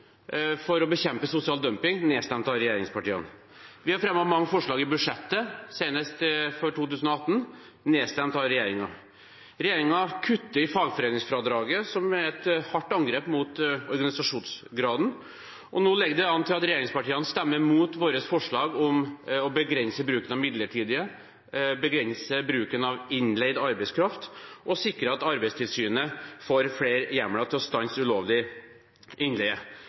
for å bekjempe sosial dumping – nedstemt av regjeringspartiene. Vi har fremmet mange forslag i budsjettet, senest for 2018 – nedstemt av regjeringspartiene. Regjeringen kutter i fagforeningsfradraget, som er et hardt angrep mot organisasjonsgraden, og nå ligger det an til at regjeringspartiene stemmer imot vårt forslag om å begrense bruken av midlertidige, begrense bruken av innleid arbeidskraft og sikre at Arbeidstilsynet får flere hjemler til å stanse ulovlig innleie.